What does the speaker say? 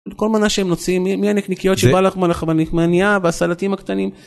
כל מנה שהם מוציאים מהנקניקיות שבא לך מהלחמניה והסלטים הקטנים.